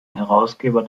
herausgeber